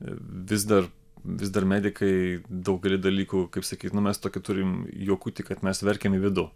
vis dar vis dar medikai daugelį dalykų kaip sakyt nu mes tokį turim juokautį kad mes verkiam į vidų